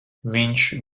viņš